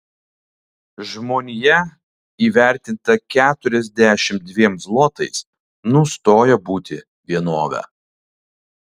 žmonija įvertinta keturiasdešimt dviem zlotais nustoja būti vienove